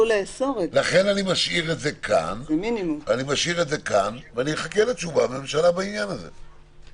לכן אני משאיר את זה כאן ומחכה לתשובת הממשלה בעניין הזה.